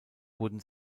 wurden